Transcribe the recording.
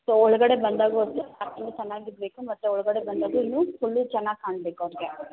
so ಒಳಗಡೆ ಬಂದಾಗಲು ಅಷ್ಟೇ ಚೆನ್ನಾಗಿರಬೇಕು ಮತ್ತೆ ಒಳಗಡೆ ಬಂದಾಗಲು ಇನ್ನು ಫುಲ್ ಚೆನ್ನಾಗಿ ಕಾಣಬೇಕು ಅಷ್ಟೇ